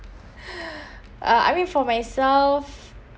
uh I mean for myself